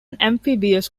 amphibious